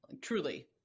Truly